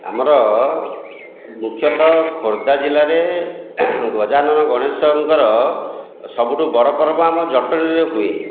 ଆମର ମୁଖ୍ୟତଃ ଖୋର୍ଦ୍ଧା ଜିଲ୍ଲାରେ ଗଜାନନ ଗଣେଶଙ୍କର ସବୁଠୁ ବଡ଼ ପର୍ବ ଆମ ଜଟଣୀରେ ହୁଏ